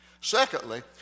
Secondly